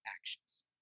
actions